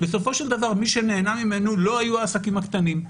בסופו של דבר מי שנהנה ממנו לא היו העסקים הקטנים.